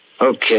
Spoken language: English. Okay